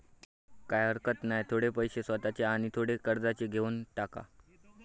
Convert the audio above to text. काय हरकत नाय, थोडे पैशे स्वतःचे आणि थोडे कर्जाचे घेवन टाक